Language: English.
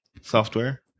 software